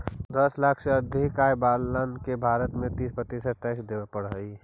दस लाख से अधिक आय वालन के भारत में तीस प्रतिशत टैक्स देवे पड़ऽ हई